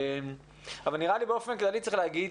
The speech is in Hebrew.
נראה לי שצריך להגיד